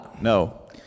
No